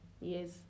Yes